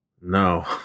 No